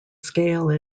scale